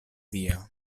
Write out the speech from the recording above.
via